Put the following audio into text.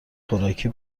خوراکی